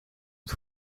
het